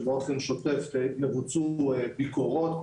שבאופן שוטף יבוצעו ביקורות,